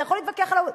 אתה יכול להתווכח על,